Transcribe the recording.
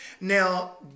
Now